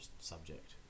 subject